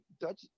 Dutch